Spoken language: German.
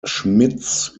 schmitz